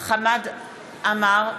חמד עמאר,